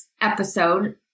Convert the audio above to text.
episode